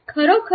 खरोखर